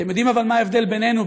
אבל אתם יודעים מה ההבדל בינינו,